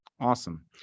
Awesome